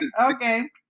okay